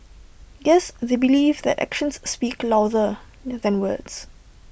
guess they believe that actions speak louder than words